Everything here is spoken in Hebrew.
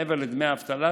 מעבר לדמי האבטלה,